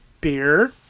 beer